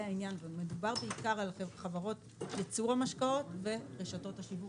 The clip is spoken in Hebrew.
העניין שהם חברות ייצור המשקאות ורשתות השיווק